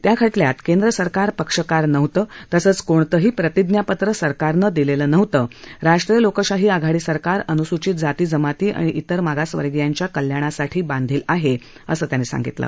त्या खटल्यात केंद्र सरकार पक्षकार नव्हतं तसंच कोणतेही प्रतिज्ञापत्र सरकारनं दिलेलं नव्हतं राष्ट्रीय लोकशाही आघाडी सरकार अनुसूचित जाती जमाती आणि तेर मागासवर्गियांच्या कल्याणासाठी बांधील आहे असं त्यांनी सांगितलं